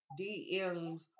DMs